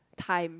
time